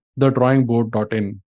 thedrawingboard.in